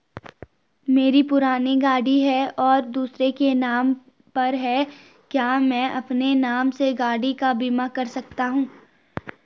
मेरी पुरानी गाड़ी है और दूसरे के नाम पर है क्या मैं अपने नाम से गाड़ी का बीमा कर सकता हूँ?